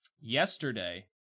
yesterday